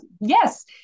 yes